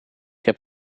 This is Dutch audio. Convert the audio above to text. heb